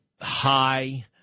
high